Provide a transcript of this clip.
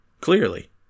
Clearly